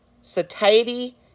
satiety